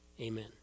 amen